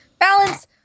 Balance